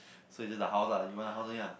so its just the house lah you want the house only lah